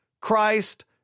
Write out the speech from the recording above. Christ